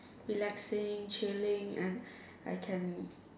relaxing chilling and I can